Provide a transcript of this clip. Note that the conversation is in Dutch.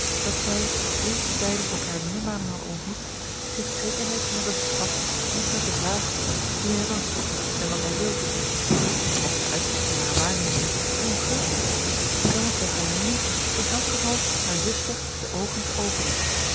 dat zij eer die beiden elkaar meermalen hadden ontmoet zich zekerheid zou hebben verschaft omtrent de vraag wie hij was en wat hij wilde mocht de uitslag van hare waarnemingen ongunstig zijn dan was zij voornemens in elk geval haar zuster de oogen te openen